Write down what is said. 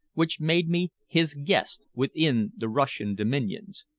which made me his guest within the russian dominions.